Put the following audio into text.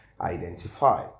identify